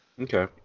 Okay